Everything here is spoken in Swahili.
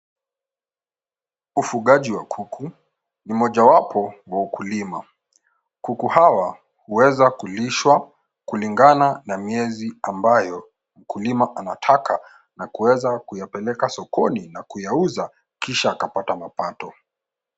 Ufugaji wa kuku ni mojawapo wa ukulima. Kuku hawa huweza kulishwa kulingana na miezi ambayo mkulima anataka na kuweza kuyapeleka sokoni na kuyauza kisha akapata mapato.